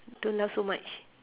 don't laugh so much